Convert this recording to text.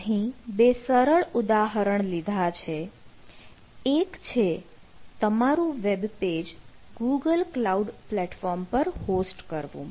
અહીં બે સરળ ઉદાહરણ લીધા છે એક છે તમારું વેબપેજ ગૂગલ ક્લાઉડ પ્લેટફોર્મ પર હોસ્ટ કરવું